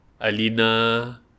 Alina